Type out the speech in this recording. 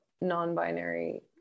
non-binary